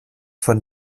von